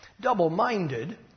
Double-minded